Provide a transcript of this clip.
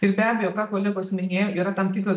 ir be abejo ką kolegos minėjo yra tam tikros